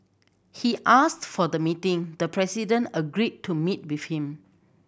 he asked for the meeting the president agreed to meet with him